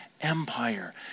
Empire